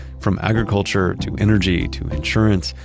from agriculture to energy, to insurance,